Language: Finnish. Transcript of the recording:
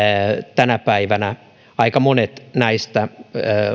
tänä päivänä aika monet näistä